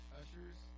ushers